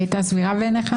אני אסביר.